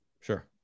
Sure